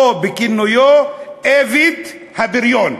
או בכינויו: איווט הבריון.